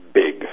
big